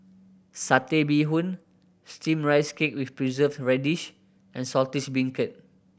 Satay Bee Hoon Steamed Rice Cake with Preserved Radish and Saltish Beancurd